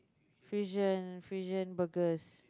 fusion fusion burgers